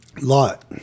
Lot